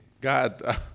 God